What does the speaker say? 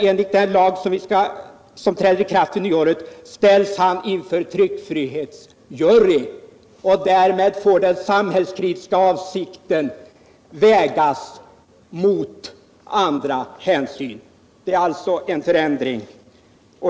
Enligt den lag som träder i kraft vid nyåret ställs han inför tryckfrihetsjury. Därmed får den samhällskritiska avsikten vägas mot andra hänsyn. Det är alltså en förändring.